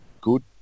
Good